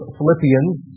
Philippians